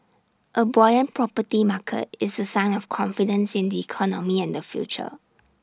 A buoyant property market is A sign of confidence in the economy and the future